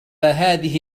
هذه